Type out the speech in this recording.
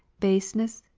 baseness,